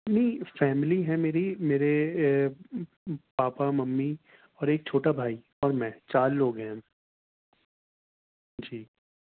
نہیں فیملی ہے میری میرے پاپا ممی اور ایک چھوٹا بھائی اور میں چار لوگ ہیں ہم جی